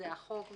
זה במסגרת החוק,